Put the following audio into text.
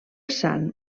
sant